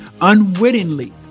unwittingly